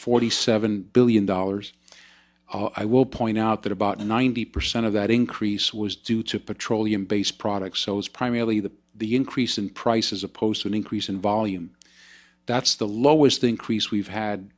forty seven billion dollars i will point out that about ninety percent of that increase was due to petroleum based products so it's primarily that the increase in price is opposed to an increase in volume that's the lowest increase we've had